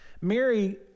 Mary